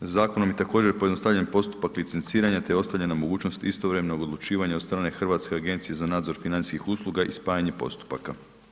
Zakonom je također pojednostavljen postupak licenciranja te ostavljena mogućnost istovremenog odlučivanja od strane Hrvatske agencije za nadzor financijskih usluga i spajanje postupaka.